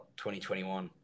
2021